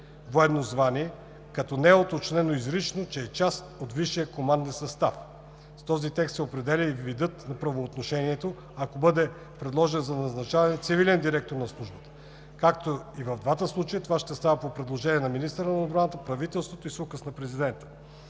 военно звание, като не е уточнено изрично, че е част от висшия команден състав. С този текст се определя и видът на правоотношението, ако бъде предложен за назначение цивилен директор на службата, като и в двата случая това ще става по предложение на министъра на отбраната, и правителството и с указ на президента.